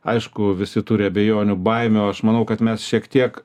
aišku visi turi abejonių baimių aš manau kad mes šiek tiek